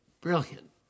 Brilliant